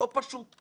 יחד עם זאת,